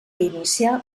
iniciar